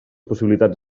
possibilitats